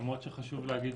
למרות שחשוב להגיד